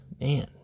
man